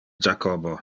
jacobo